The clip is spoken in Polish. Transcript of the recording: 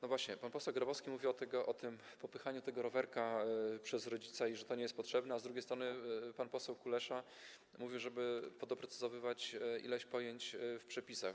No właśnie, pan poseł Grabowski mówił o popychaniu tego rowerka przez rodzica i że to nie jest potrzebne, a z drugiej strony pan poseł Kulesza mówił, żeby doprecyzować ileś pojęć w przepisach.